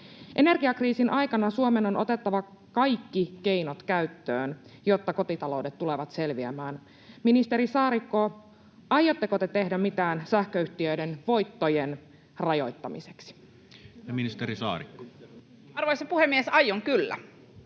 Energiakriisin aikana Suomen on otettava kaikki keinot käyttöön, jotta kotitaloudet tulevat selviämään. Ministeri Saarikko, aiotteko te tehdä mitään sähköyhtiöiden voittojen rajoittamiseksi? Ja ministeri Saarikko. Arvoisa puhemies! Aion kyllä,